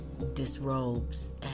disrobes